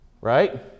right